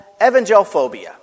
evangelophobia